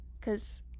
Cause